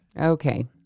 Okay